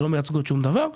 שנתיים שלא מייצגות שום דבר.